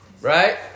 Right